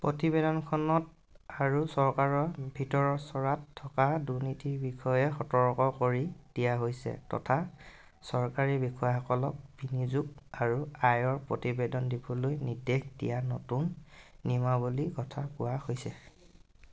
প্ৰতিবেদনখনত আৰু চৰকাৰৰ ভিতৰৰ চ'ৰাত থকা দুৰ্নীতিৰ বিষয়ে সতৰ্ক কৰি দিয়া হৈছে তথা চৰকাৰী বিষয়াসকলক বিনিযোগ আৰু আয়ৰ প্ৰতিবেদন দিবলৈ নিৰ্দেশ দিয়া নতুন নিয়মাৱলীৰ কথা কোৱা হৈছে